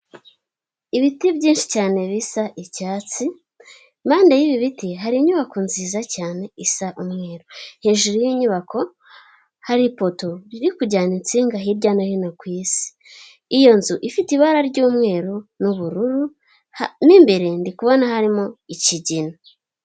Ibiti byinshi cyane bisa icyatsi impande y'ibi biti hari inyubako nziza cyane isa umweru, hejuru y'iyi nyubako hari ipoto iri kujyana insinga hirya no hino ku isi, iyi nzu ifite ibara ry'umweru n'ubururu mu imbere ndikubona harimo ikigina.